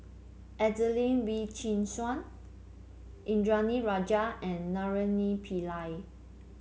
Adelene Wee Chin Suan Indranee Rajah and Naraina Pillai